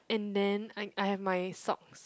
and then I I have my socks